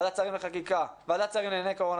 ועדת שרים לענייני קורונה,